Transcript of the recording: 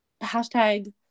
Hashtag